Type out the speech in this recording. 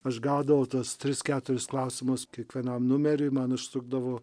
aš gaudavau tuos tris keturis klausimus kiekvienam numeriui man užtrūkdavo